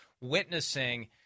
witnessing